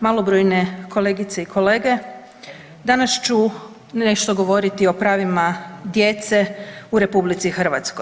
Malobrojne kolegice i kolege, danas ću nešto govoriti o pravima djece u RH.